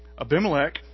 Abimelech